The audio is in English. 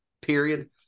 period